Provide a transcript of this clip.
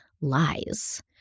lies